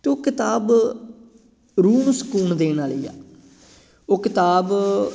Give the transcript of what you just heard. ਅਤੇ ਉਹ ਕਿਤਾਬ ਰੂਹ ਨੂੰ ਸਕੂਨ ਦੇਣ ਵਾਲੀ ਆ ਉਹ ਕਿਤਾਬ